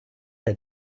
der